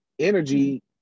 energy